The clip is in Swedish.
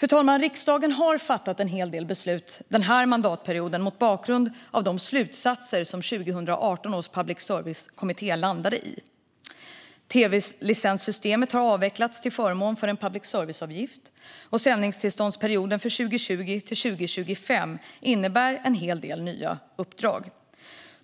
Fru talman! Riksdagen har fattat en hel del beslut under den här mandatperioden mot bakgrund av de slutsatser som 2018 års public service-kommitté landade i. Systemet med tv-licenser har avvecklats till förmån för en public service-avgift, och sändningstillståndsperioden för 2020-2025 innebär en hel del nya uppdrag.